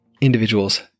individuals